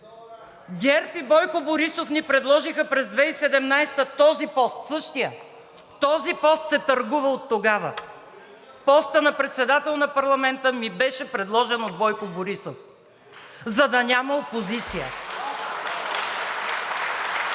ГЕРБ и Бойко Борисов ни предложиха през 2017 г. този пост, същият! Този пост се търгува оттогава! Постът на председател на парламента ми беше предложен от Бойко Борисов, за да няма опозиция.